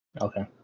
Okay